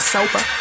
Sober